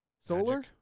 Solar